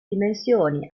dimensioni